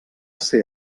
ser